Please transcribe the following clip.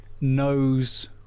knows